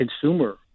consumer